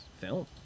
film